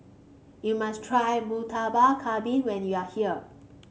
you must try Murtabak Kambing when you are here